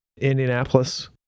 Indianapolis